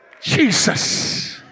Jesus